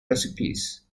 recipes